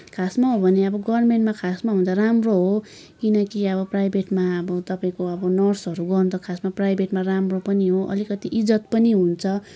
खासमा हो भने अब गभर्मेन्टमा खासमा हुँदा राम्रो हो किनकि अब प्राइभेटमा अब तपाईँको अब नर्सहरू गर्नु त खासमा प्राइभेटमा राम्रो पनि हो अलिकति इज्जत पनि हुन्छ